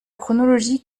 chronologie